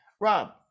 rob